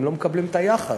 הם לא מקבלים את היחס.